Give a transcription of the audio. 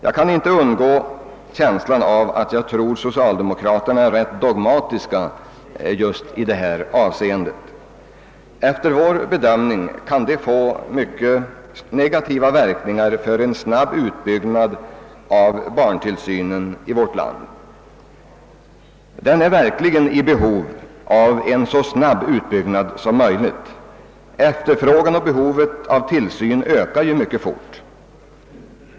Jag kan inte undgå känslan av att socialdemokraterna är rätt dogmatiska i just det här avseendet. Efter vår bedömning kan detta få mycket negativa verkningar för en snabb utbyggnad av barntillsynen i vårt land. Den är verkligen i behov av en så snabb utbyggnad som möjligt. Efterfrågan och behovet av tillsyn ökar mycket fort.